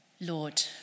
Lord